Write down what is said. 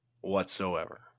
whatsoever